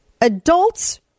Adults